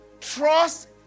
Trust